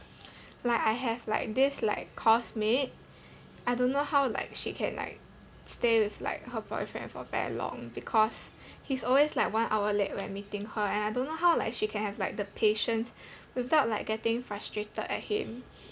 like I have like this like course mate I don't know how like she can like stay with like her boyfriend for very long because he's always like one hour late when meeting her and I don't know how like she can have like the patience without like getting frustrated at him